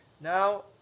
Now